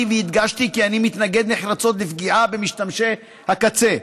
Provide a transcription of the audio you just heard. והדגשתי כי אני מתנגד נחרצות לפגיעה במשתמשי הקצה,